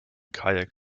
kajak